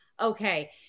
okay